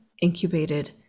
incubated